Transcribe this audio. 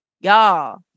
Y'all